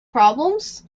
problems